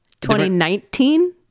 2019